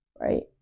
right